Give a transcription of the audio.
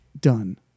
Done